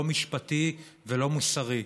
לא משפטי ולא מוסרי,